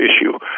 issue